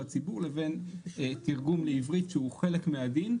הציבור לבין תרגום לעברית שהוא חלק מהדין,